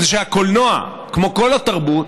משום שהקולנוע, כמו כל התרבות,